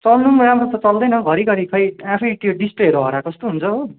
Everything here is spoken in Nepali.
चल्नु पनि राम्रो त चल्दैन घरीघरी खै आफै त्यो डिस्प्लेहरू हराएको जस्तो हुन्छ हो